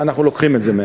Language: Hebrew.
אנחנו לוקחים את זה מהן.